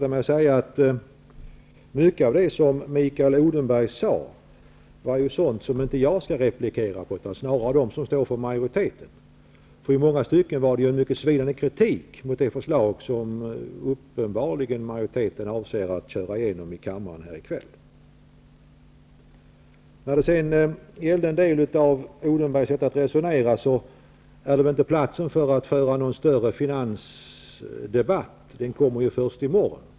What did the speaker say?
Mycket av det som Mikael Odenberg sade var sådant som jag inte skall replikera på, utan det skall snarare de som står för majoriteten göra. I många stycken var det en mycket svidande kritik mot det förslag som majoriteten uppenbarligen avser att köra igenom i kammaren i kväll. När det sedan gäller en del av Mikael Odenbergs sätt att resonera är väl inte detta platsen för att föra en större finansdebatt. Den kommer ju först i morgon.